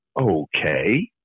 okay